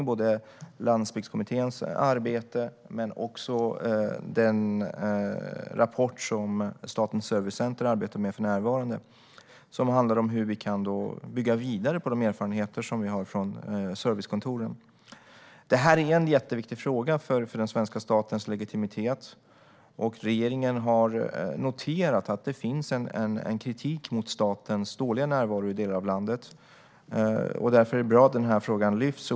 Det handlar om Landsbygdskommitténs arbete men också om den rapport som Statens servicecenter för närvarande arbetar med, som handlar om hur vi kan bygga vidare på de erfarenheter som vi har från servicekontoren. Detta är en jätteviktig fråga för den svenska statens legitimitet, och regeringen har noterat att det finns en kritik mot statens dåliga närvaro i delar av landet. Därför är det bra att frågan lyfts.